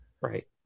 Right